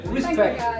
Respect